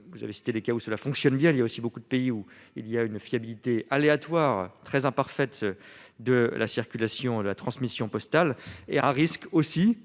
vous avez cité les cas où cela fonctionne bien, il y a aussi beaucoup de pays où il y a une fiabilité aléatoire, très imparfaite de la circulation de la transmission postal et à risque aussi,